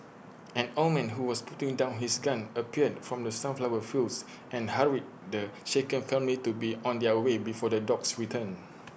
an old man who was putting down his gun appeared from the sunflower fields and hurried the shaken family to be on their way before the dogs return